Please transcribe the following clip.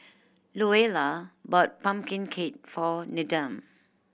Luella bought pumpkin cake for Needham